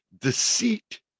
deceit